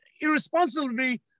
irresponsibly